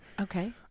Okay